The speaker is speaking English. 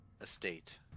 estate